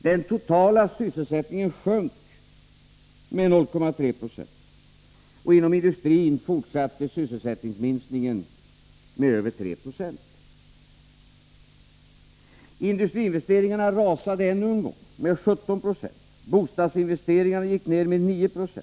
Den totala sysselsättningen sjönk med 0,3 26, och inom industrin fortsatte sysselsättningsminskningen med över 3 90. Industriinvesteringarna rasade ännu en gång — med 17 90. Bostadsinvesteringarna gick ned med 9 26.